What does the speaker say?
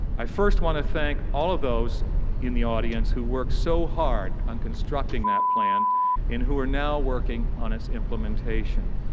i first want to thank all of those in the audience who worked so hard on constructing that plan and who are now working on its implementation.